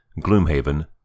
Gloomhaven